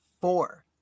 four